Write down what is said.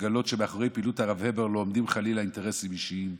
לגלות שמאחורי הפעילות של הרב הבר לא עומדים חלילה אינטרסים אישיים.